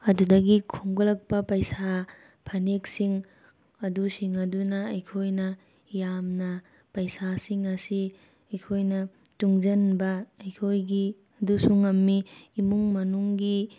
ꯑꯗꯨꯗꯒꯤ ꯈꯣꯝꯀꯠꯂꯛꯄ ꯄꯩꯁꯥ ꯐꯅꯦꯛꯁꯤꯡ ꯑꯗꯨꯁꯤꯡ ꯑꯗꯨꯅ ꯑꯩꯈꯣꯏꯅ ꯌꯥꯝꯅ ꯄꯩꯁꯥꯁꯤꯡ ꯑꯁꯤ ꯑꯩꯈꯣꯏꯅ ꯇꯨꯡꯁꯤꯟꯕ ꯑꯩꯈꯣꯏꯒꯤ ꯑꯗꯨꯁꯨ ꯉꯝꯃꯤ ꯏꯃꯨꯡ ꯃꯅꯨꯡꯒꯤ